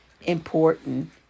important